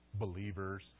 believers